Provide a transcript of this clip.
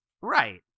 Right